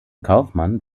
kaufmann